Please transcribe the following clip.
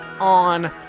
on